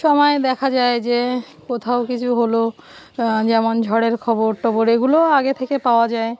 সময়ে দেখা যায় যে কোথাও কিছু হলো যেমন ঝড়ের খবর টবর এগুলোও আগে থেকে পাওয়া যায়